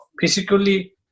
physically